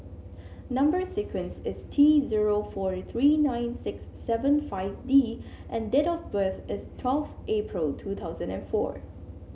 number sequence is T zero four three nine six seven five D and date of birth is twelfth April two thousand and four